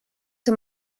que